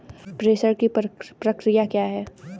प्रेषण की प्रक्रिया क्या है?